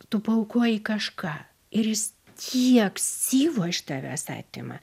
tu paaukoji kažką ir jis tiek syvų iš tavęs atima